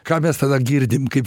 ką mes tada girdim kaip